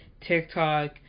TikTok